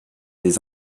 des